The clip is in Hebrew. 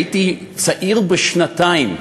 הייתי צעיר בשנתיים,